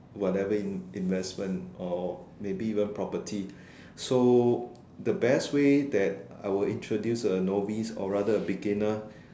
whatever you investment or maybe even property so the best way that I would introduce a novice or rather a beginner